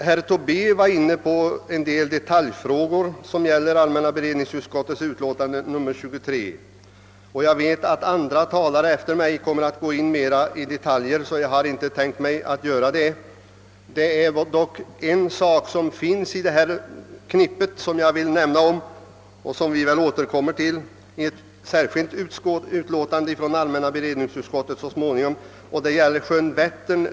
Herr Tobé var inne på en del detaljfrågor, som gäller allmänna beredningsutskottets utlåtande nr 23, och jag vet att andra talare efter mig kommer att mera gå in på detaljer, varför jag inte skall göra det. Det är dock en sak i detta knippe av problem som jag vill nämna och som vi väl så småningom återkommer till i ett särskilt utlåtande från allmänna beredningsutskottet. Det gäller sjön Vättern i min hemtrakt.